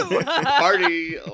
Party